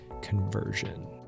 conversion